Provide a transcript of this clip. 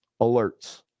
alerts